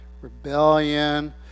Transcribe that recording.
rebellion